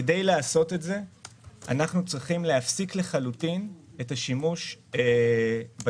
כדי לעשות את זה אנחנו צריכים להפסיק לחלוטין את השימוש בגז.